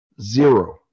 zero